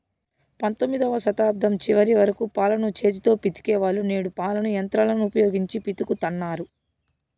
పంతొమ్మిదవ శతాబ్దం చివరి వరకు పాలను చేతితో పితికే వాళ్ళు, నేడు పాలను యంత్రాలను ఉపయోగించి పితుకుతన్నారు